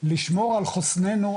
לשמור על חוסננו,